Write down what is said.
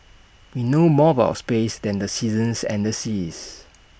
we know more about space than the seasons and the seas